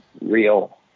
real